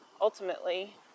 ultimately